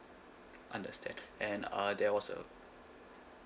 understand and uh there was a